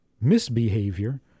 misbehavior